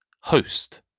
Host